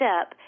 up